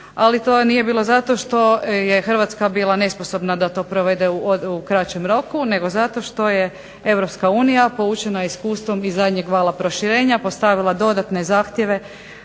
ali to nije bilo zato što je Hrvatska bila nesposobna da to provede u kraćem roku, nego zato što je Europska unija poučena iskustvom iz zadnjeg vala proširenja postavila dodatne zahtjeve